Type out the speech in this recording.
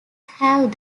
have